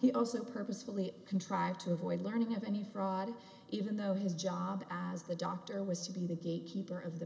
he also purposefully contrived to avoid learning of any fraud even though his job as the doctor was to be the gatekeeper of the